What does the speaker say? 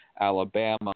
Alabama